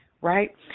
right